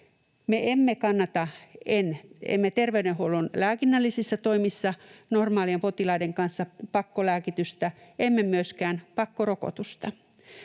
terveydenhuollon lääkinnällisissä toimissa normaalien potilaiden kanssa pakkolääkitystä, emme myöskään pakkorokotusta.